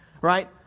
right